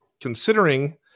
considering